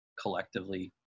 collectively